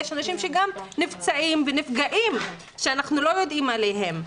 יש אנשים שנפצעים ונפגעים ואנחנו לא יודעים עליהם.